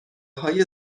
های